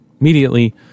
immediately